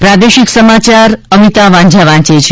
પ્રાદેશિક સમાચાર અમિતા વાંઝા વાંચે છે